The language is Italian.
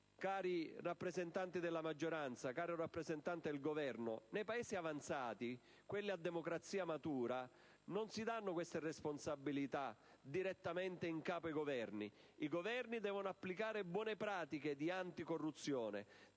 Cari rappresentanti della maggioranza, caro rappresentante del Governo, nei Paesi avanzati, quelli a democrazia matura, non si danno queste responsabilità direttamente in capo ai Governi. I Governi devono applicare buone pratiche di anticorruzione,